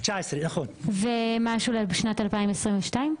ומה שונה ב-2022?